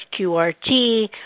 QRT